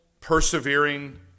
persevering